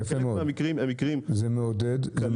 יפה מאוד, זה מעודד.